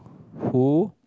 who